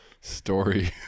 story